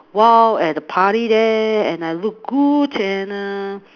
wild at a party there and I look good and err